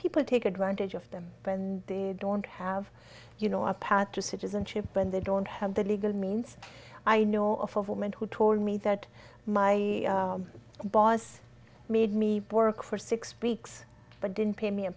people take advantage of them and they don't have you know a path to citizenship and they don't have the legal means i know of a woman who told me that my boss made me work for six weeks but didn't pay me a